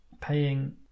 paying